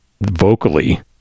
vocally